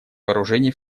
вооружений